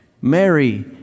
Mary